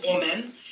woman